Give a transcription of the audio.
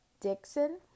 Dixon